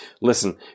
listen